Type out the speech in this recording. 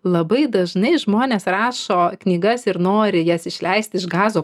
labai dažnai žmonės rašo knygas ir nori jas išleisti iš gazo